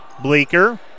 Bleeker